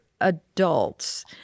adults